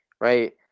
right